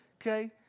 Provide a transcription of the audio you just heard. Okay